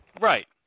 Right